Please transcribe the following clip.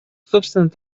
собственное